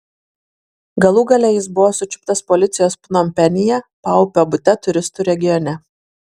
galų gale jis buvo sučiuptas policijos pnompenyje paupio bute turistų regione